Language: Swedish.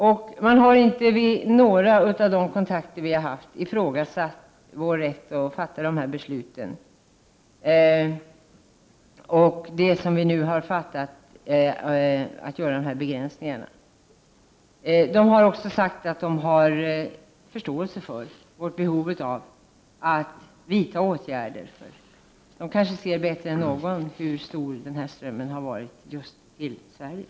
UNHCR har inte vid några av dessa kontakter ifrågasatt Sveriges rätt att fatta dessa beslut om begränsningarna. UNHCR har också sagt sig ha förståelse för Sveriges behov att vidta åtgärder. UNHCR vet kanske bättre än några andra hur stor denna ström har varit just till Sverige.